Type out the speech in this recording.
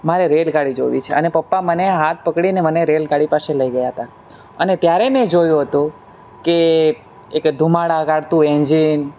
મારે રેલગાડી જોવી છે અને પપ્પા મને હાથ પકડીને મને રેલગાડી પાસે લઈ ગયા હતા અને ત્યારે મેં જોયું હતું કે એક ધુમાડા કાઢતું એન્જિન